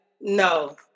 No